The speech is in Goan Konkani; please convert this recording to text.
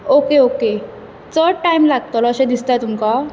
ओके ओके चड टायम लागतलो अशें दिसता तुमकां